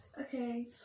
Okay